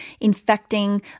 infecting